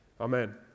Amen